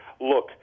look